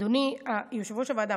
אדוני יושב-ראש הוועדה, טוב שבאת.